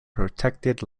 protected